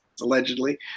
allegedly